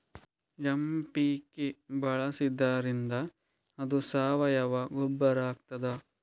MPK ಬಳಸಿದ್ದರಿಂದ ಅದು ಸಾವಯವ ಗೊಬ್ಬರ ಆಗ್ತದ?